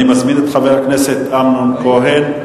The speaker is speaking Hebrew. אני מזמין את חבר הכנסת אמנון כהן,